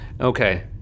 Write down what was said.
Okay